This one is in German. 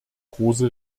große